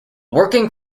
working